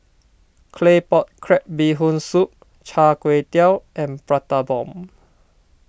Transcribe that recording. Claypot Crab Bee Hoon Soup Char Kway Teow and Prata Bomb